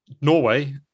Norway